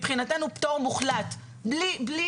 מבחינתנו פטור מוחלט בלי